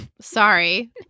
Sorry